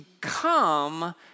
become